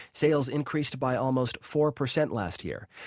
sales increased by almost four percent last year.